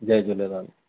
Jay Jhulelal